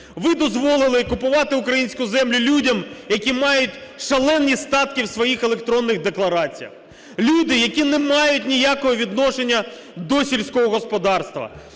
Ви дозволили купувати українську землю людям, які мають шалені статки в своїх електронних деклараціях, люди, які не мають ніякого відношення до сільського господарства.